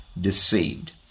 deceived